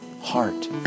heart